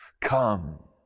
come